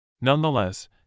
Nonetheless